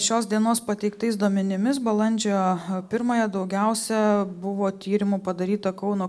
šios dienos pateiktais duomenimis balandžio pirmąją daugiausia buvo tyrimų padaryta kauno